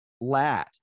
lad